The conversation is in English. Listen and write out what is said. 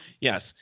Yes